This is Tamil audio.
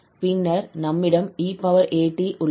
பின்னர் நம்மிடம் 𝑒𝑎𝑡 உள்ளது